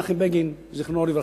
אמר פעם מנחם בגין, זיכרונו לברכה,